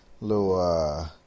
little